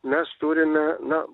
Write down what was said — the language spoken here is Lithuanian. mes turime na